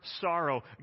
sorrow